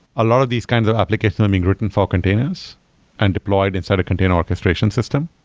a lot of these kinds of applications are being written for containers and deployed inside a container orchestration system.